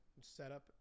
setup